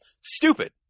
stupid